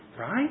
right